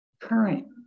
current